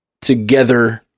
together